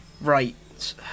Right